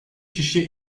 kişiye